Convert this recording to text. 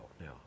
now